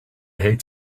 hate